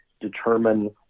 determine